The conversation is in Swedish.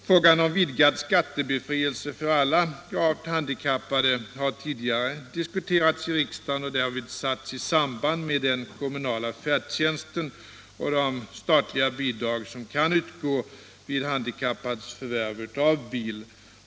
Frågan om en vidgad skattebefrielse för alla gravt handikappade har tidigare diskuterats i riksdagen och därvid satts i samband med den kommunala färdtjänsten och de statliga bidrag som kan utgå vid handikappads förvärv av bil.